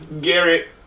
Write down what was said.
Gary